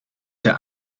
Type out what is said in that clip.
der